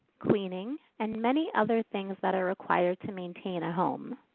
cleaning and many other things that are required to maintain a home.